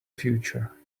future